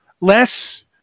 Less